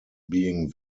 being